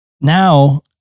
now